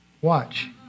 Watch